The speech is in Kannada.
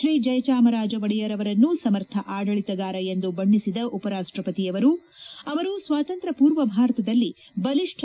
ಶ್ರೀ ಜಯ ಚಾಮರಾಜ ಒಡೆಯರ್ ಅವರನ್ನು ಸಮರ್ಥ ಆಡಳಿತಗಾರ ಎಂದು ಬಣ್ಣಿಸಿದ ಉಪ ರಾಷ್ಟಪತಿಯವರು ಅವರು ಸ್ವಾತಂತ್ರ್ತ ಪೂರ್ವ ಭಾರತದಲ್ಲಿ ಬಲಿಷ್ಠ